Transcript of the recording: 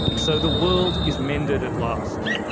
so the world is mended at last.